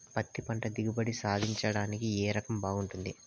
పత్తి పంట దిగుబడి సాధించడానికి ఏ రకం బాగుంటుంది?